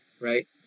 right